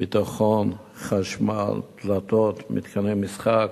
ביטחון, חשמל, דלתות, מתקני משחק,